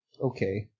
okay